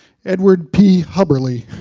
ellwood p. cubberley,